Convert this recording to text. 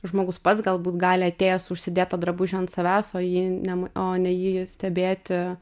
žmogus pats galbūt gali atėjęs užsidėt tą drabužį ant savęs o jį nemu o ne jį stebėti